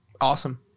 Awesome